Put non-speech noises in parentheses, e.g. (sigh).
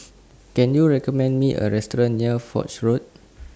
(noise) Can YOU recommend Me A Restaurant near Foch Road